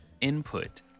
input